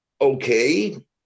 okay